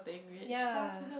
ya